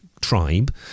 tribe